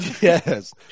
Yes